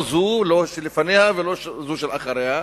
לא זו, לא זו שלפניה ולא זו שאחריה,